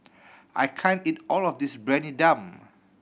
I can't eat all of this Briyani Dum